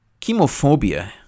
Chemophobia